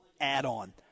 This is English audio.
add-on